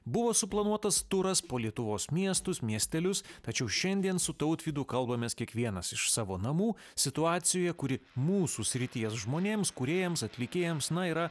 buvo suplanuotas turas po lietuvos miestus miestelius tačiau šiandien su tautvydu kalbamės kiekvienas iš savo namų situacijoje kuri mūsų srities žmonėms kūrėjams atlikėjams na yra